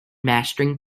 mastering